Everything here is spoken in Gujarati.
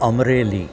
અમરેલી